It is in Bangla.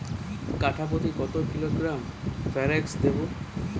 কাঠাপ্রতি কত কিলোগ্রাম ফরেক্স দেবো?